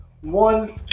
one